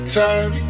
time